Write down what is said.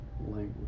language